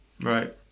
right